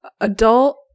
Adult